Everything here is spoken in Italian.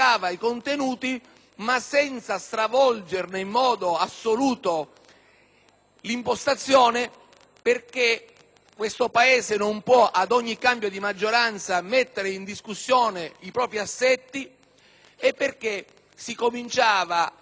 l'impostazione, perché questo Paese non può, ad ogni cambio di maggioranza, mettere in discussione i propri assetti e perché si cominciava a percepire che sulla giustizia un cammino stava iniziando.